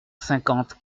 cinquante